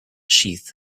sheath